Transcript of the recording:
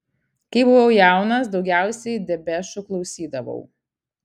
kai buvau jaunas daugiausiai depešų klausydavau